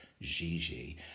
Gigi